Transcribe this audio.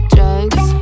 Drugs